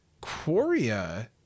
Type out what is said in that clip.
Quoria